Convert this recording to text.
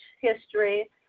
history